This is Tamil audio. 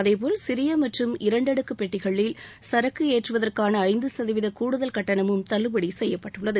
அதே போல சிறிய மற்றும் இரண்டடுக்கு பெட்டிகளில் சரக்கு ஏற்றுவதற்கான ஐந்து சதவீத கூடுதல் கட்டணமும் தள்ளுபடி செய்யப்பட்டுள்ளது